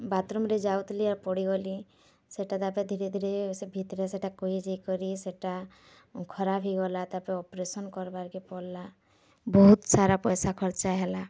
bathroom ରେ ଯାଉଥିଲି ଆର୍ ପଡ଼ିଗଲି ସେଟା ତାପରେ ଧୀରେ ଧୀରେ ସେ ଭିତରେ ସେଟା ସେଟା ଖରାପ୍ ହେଇଗଲା ତାପରେ ଅପରେସନ୍ କର୍ବାକେ ପଡ଼୍ଲା ବହୁତ୍ ସାରା ପଇସା ଖର୍ଚ୍ଚ ହେଲା